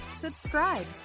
subscribe